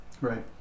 Right